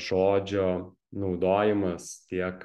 žodžio naudojimas tiek